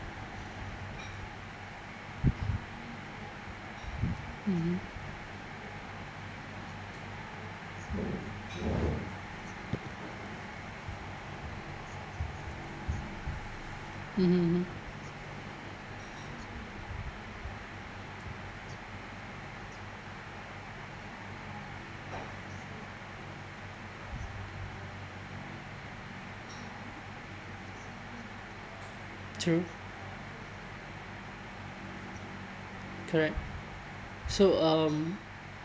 mmhmm mmhmm mmhmm true correct so um